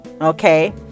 okay